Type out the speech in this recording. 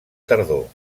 tardor